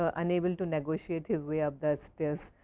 ah unable to negotiate his way up the stress,